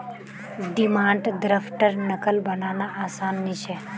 demand द्रफ्टर नक़ल बनाना आसान नि छे